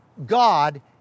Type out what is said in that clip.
God